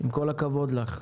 עם כל הכבוד לך.